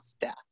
death